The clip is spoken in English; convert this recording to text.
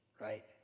right